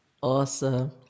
Awesome